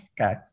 Okay